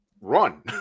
Run